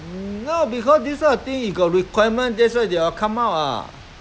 I mean this kind of thing you got demand that's why they try to come up with this sort of thing